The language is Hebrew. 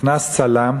נכנס צלם,